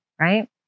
right